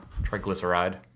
triglyceride